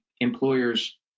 employers